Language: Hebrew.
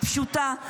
היא פשוטה.